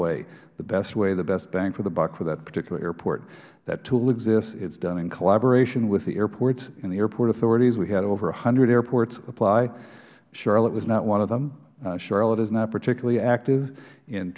way the best way the best bang for the buck for that particular airport that tool exists it is done in collaboration with the airports and the airport authorities we had over one hundred airports apply charlotte was not one of them charlotte is not particularly active in